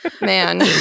Man